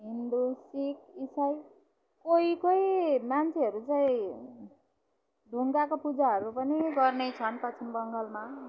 हिन्दू सिख इसाई कोही कोही मान्छेहरू चाहिँ ढुङ्गाको पूजाहरू पनि गर्ने छन् पश्चिम बङ्गालमा